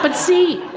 but see,